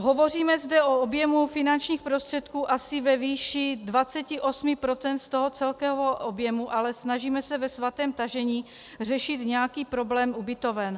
Hovoříme zde o objemu finančních prostředků asi ve výši 28 % z toho celkového objemu, ale snažíme se ve svatém tažení řešit nějaký problém ubytoven.